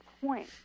point